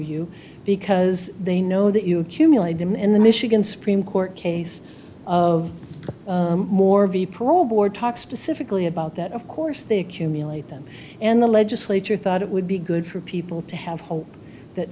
you because they know that you cumulate them in the michigan supreme court case of moore v parole board talk specifically about that of course they accumulate them and the legislature thought it would be good for people to have hope that